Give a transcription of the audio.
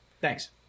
Thanks